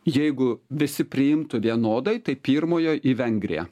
jeigu visi priimtų vienodai tai pirmojo į vengriją